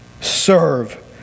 serve